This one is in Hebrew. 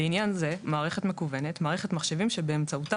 לעניין זה "מערכת מקוונת" מערכת מחשבים שבאמצעותה